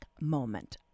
moment